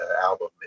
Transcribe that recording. album